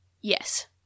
Yes